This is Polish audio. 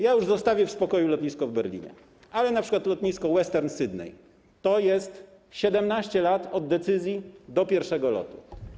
Ja już zostawię w spokoju lotnisko w Berlinie, ale np. lotnisko Western Sydney to 17 lat od decyzji do pierwszego lotu.